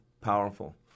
powerful